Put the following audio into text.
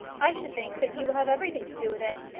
i should think that you will have everything to do with it.